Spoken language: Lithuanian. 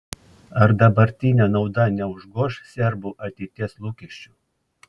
ar dabartinė nauda neužgoš serbų ateities lūkesčių